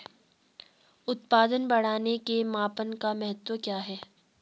उत्पादन बढ़ाने के मापन का महत्व क्या है?